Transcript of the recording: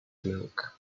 milk